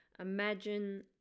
imagine